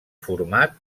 format